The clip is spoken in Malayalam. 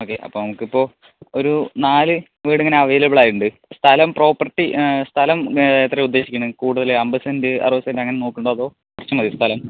ഓക്കെ അപ്പം നമുക്ക് ഇപ്പോൾ ഒരു നാല് വീട് ഇങ്ങനെ അവൈലബിൾ ആയിട്ടുണ്ട് സ്ഥലം പ്രോപ്പർട്ടി സ്ഥലം എത്രയാണ് ഉദ്ദേശിക്കണ് കൂടുതല് അമ്പത് സെൻറ്റ് അറുപത് സെൻറ്റ് അങ്ങന നോക്കണുണ്ടോ അതോ കുറച്ച് മതിയോ സ്ഥലം